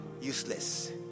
useless